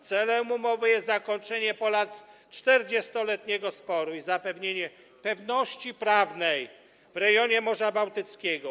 Celem umowy jest zakończenie ponad 40-letniego sporu i zapewnienie pewności prawnej w rejonie Morza Bałtyckiego.